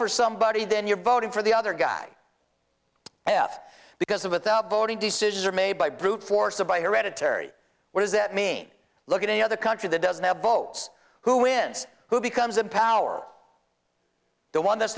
for somebody then you're voting for the other guy f because of without voting decisions are made by brute force or by hereditary what does that mean look at any other country that doesn't have votes who wins who becomes in power the one that's